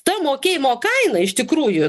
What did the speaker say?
ta mokėjimo kaina iš tikrųjų